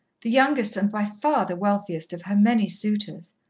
the youngest and by far the wealthiest of her many suitors.